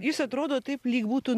jis atrodo taip lyg būtų